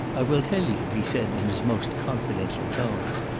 i will tell you, he said, in his most confidential tones.